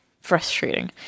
Frustrating